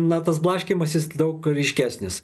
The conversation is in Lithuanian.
na tas blaškymasis daug ryškesnis